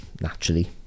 naturally